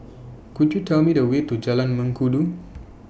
Could YOU Tell Me The Way to Jalan Mengkudu